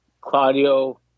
Claudio